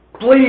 please